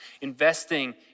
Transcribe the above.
investing